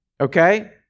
Okay